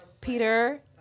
Peter